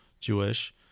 Jewish